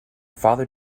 father